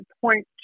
point